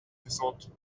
thought